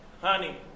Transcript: Honey